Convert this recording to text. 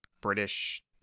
British